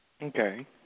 Okay